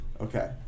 Okay